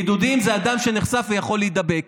בידודים זה אדם שנחשף ויכול להידבק,